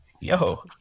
yo